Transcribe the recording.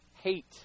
Hate